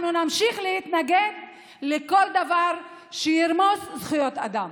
ולכן אנחנו נמשיך להתנגד לכל דבר שירמוס זכויות אדם.